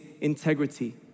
integrity